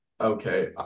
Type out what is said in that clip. okay